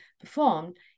performed